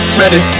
ready